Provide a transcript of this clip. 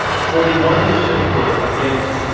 forty one percent were against,